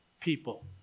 people